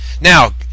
Now